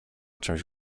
czymś